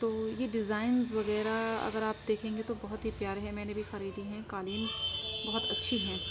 تو یہ ڈیزائنس وغیرہ اگر آپ دیکھیں گے تو بہت ہی پیارے ہیں میں نے بھی خریدی ہیں قالینس بہت اچھی ہیں